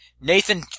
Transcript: Nathan